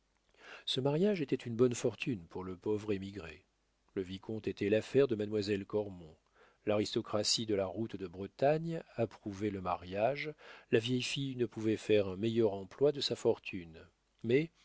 ce mariage était une bonne fortune pour le pauvre émigré le vicomte était l'affaire de mademoiselle cormon l'aristocratie de la route de bretagne approuvait le mariage la vieille fille ne pouvait faire un meilleur emploi de sa fortune mais